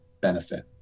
benefit